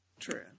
true